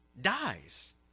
dies